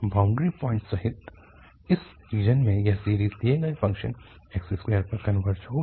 boundary points सहित उस region में यह सीरीज़ दिए गए फ़ंक्शन x2 पर कनवर्जस होगी